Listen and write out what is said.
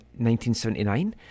1979